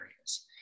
areas